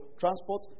transport